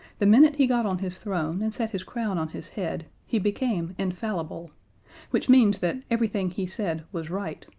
the minute he got on his throne and set his crown on his head, he became infallible which means that everything he said was right,